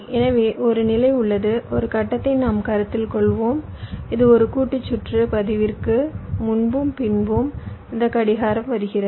எனவே ஒரு நிலை உள்ளது ஒரு கட்டத்தை நாம் கருத்தில் கொள்வோம் இது ஒரு கூட்டு சுற்று பதிவிற்கு முன்பும் பின்பும் இந்த கடிகாரம் வருகிறது